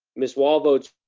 miss wall votes